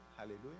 hallelujah